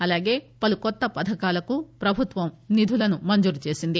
అలాగే పలు కొత్త పథకాలకు ప్రభుత్వం నిధులను మంజురు చేసింది